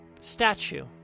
statue